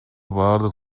баардык